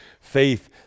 Faith